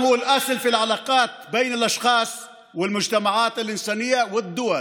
(אומר דברים בשפה הערבית, להלן תרגומם: